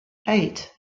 eight